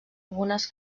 algunes